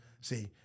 See